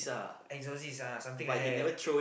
exorcist ah something like that